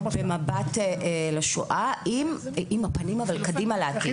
במבט לשואה עם הפנים קדימה לעתיד.